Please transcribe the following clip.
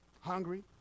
Hungry